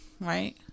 right